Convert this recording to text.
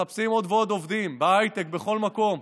מחפשים עוד ועוד עובדים בהייטק, בכל מקום.